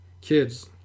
Kids